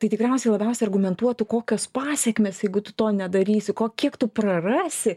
tai tikriausiai labiausiai argumentuotų kokios pasekmes jeigu tu to nedarysi ko kiek tu prarasi